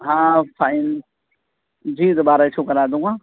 ہاں فائن جی دوبارہ ایشو کرا دوں گا